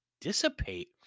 dissipate